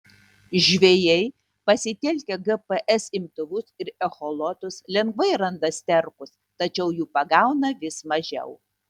žvejai pasitelkę gps imtuvus ir echolotus lengvai randa sterkus tačiau jų pagauna vis mažiau